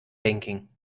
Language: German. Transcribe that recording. banking